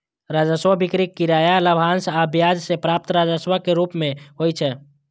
राजस्व बिक्री, किराया, लाभांश आ ब्याज सं प्राप्त राजस्व के रूप मे होइ छै